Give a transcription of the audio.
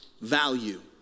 value